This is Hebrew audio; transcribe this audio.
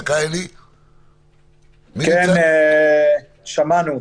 כן, שמענו אותך.